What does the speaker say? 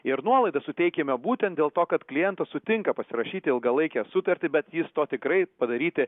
ir nuolaidą suteikiame būtent dėl to kad klientas sutinka pasirašyti ilgalaikę sutartį bet jis to tikrai padaryti